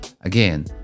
again